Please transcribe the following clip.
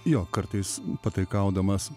jo kartais pataikaudamas